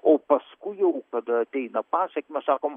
o paskui jau kada ateina pasekmės sakom